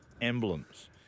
emblems